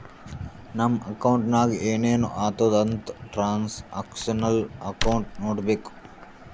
ನಮ್ ಅಕೌಂಟ್ನಾಗ್ ಏನೇನು ಆತುದ್ ಅಂತ್ ಟ್ರಾನ್ಸ್ಅಕ್ಷನಲ್ ಅಕೌಂಟ್ ನೋಡ್ಬೇಕು